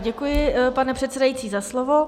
Děkuji, pane předsedající, za slovo.